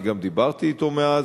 אני גם דיברתי אתו מאז.